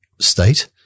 state